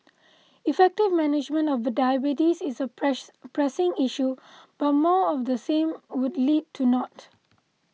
effective management of diabetes is a press pressing issue but more of the same would lead to naught